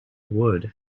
would